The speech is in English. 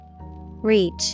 Reach